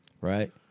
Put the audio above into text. Right